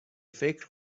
فکر